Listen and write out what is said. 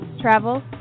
travel